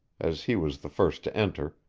as he was the first to enter,